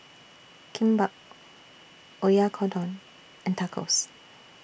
Kimbap Oyakodon and Tacos